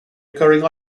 occurring